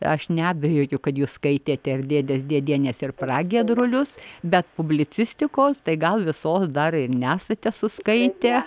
aš neabejoju kad jūs skaitėte ir dėdės dėdienes ir pragiedrulius bet publicistikos tai gal visos dar ir nesate suskaitę